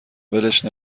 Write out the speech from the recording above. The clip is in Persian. ولش